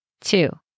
Two